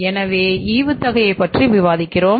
எனவே ஈவுத்தொகையைப் பற்றி விவாதிக்கிறோம்